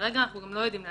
כרגע אנחנו לא יודעים להגיד.